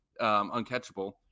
uncatchable